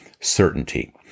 certainty